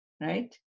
right